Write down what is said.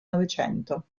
novecento